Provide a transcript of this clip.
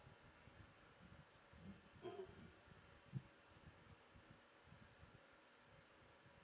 mmhmm